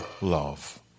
love